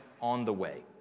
on-the-way